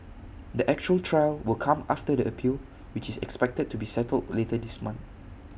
the actual trial will come after the appeal which is expected to be settled later this month